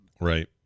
Right